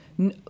no